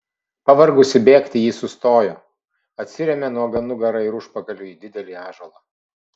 pavargusi bėgti ji sustojo atsirėmė nuoga nugara ir užpakaliu į didelį ąžuolą